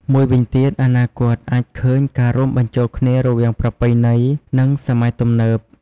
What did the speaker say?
មួយវិញទៀត អនាគតអាចឃើញ ការរួមបញ្ចូលគ្នារវាងប្រពៃណី និងសម័យទំនើប។